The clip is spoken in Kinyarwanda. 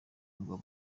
umugabo